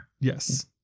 yes